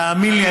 תאמין לי,